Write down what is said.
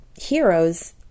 heroes